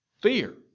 Fear